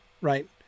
right